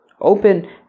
open